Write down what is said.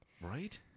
Right